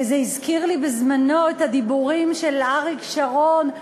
וזה הזכיר לי את הדיבורים של אריק שרון,